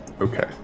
Okay